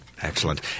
Excellent